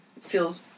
feels